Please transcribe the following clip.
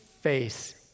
face